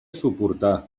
suportar